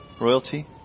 royalty